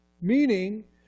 Meaning